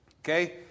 Okay